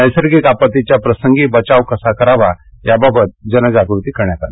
नैसर्गिक आपत्तिच्या प्रसंगी बचाव कसा करावा याबाबत यावेळी जनजाग्रती करण्यात आली